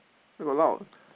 where got allowed